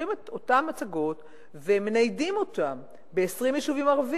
לוקחים את אותן הצגות ומניידים אותן ל-20 יישובים ערביים.